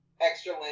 extra